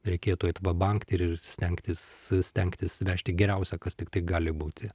reikėtų eit va bank ir stengtis stengtis vežti geriausia kas tiktai gali būti